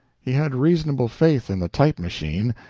he had reasonable faith in the type-machine,